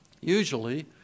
Usually